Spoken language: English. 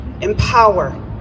empower